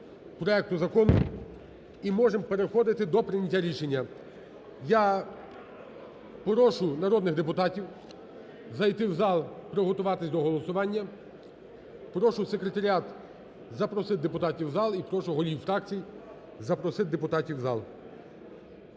проекту закону і можемо переходити до прийняття рішення. Я прошу народних депутатів зайти в зал і приготуватись до голосування. Прошу секретаріат запросити депутатів в зал і прошу голів фракцій запросити депутатів в зал.